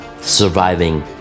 surviving